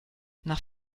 nach